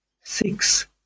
six